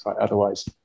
otherwise